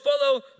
follow